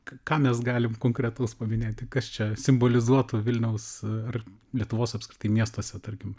ką mes galim konkretaus paminėti kas čia simbolizuotų vilniaus ar lietuvos apskritai miestuose tarkim